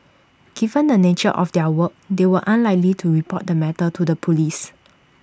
given the nature of their work they were unlikely to report the matter to the Police